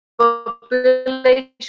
population